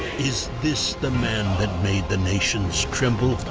is this the man that made the nations tremble?